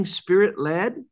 spirit-led